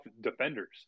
defenders